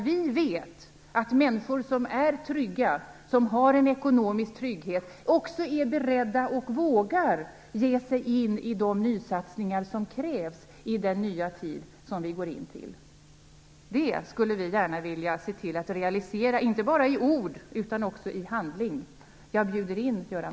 Vi vet att människor som är trygga, som har en ekonomisk trygghet, också vågar och är beredda att ge sig in i de nysatsningar som krävs i den nya tid som vi går in i. Det skulle vi gärna vilja se till att realisera, inte bara i ord utan också i handling. Jag bjuder in Göran